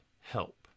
help